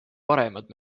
paremad